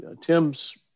Tim's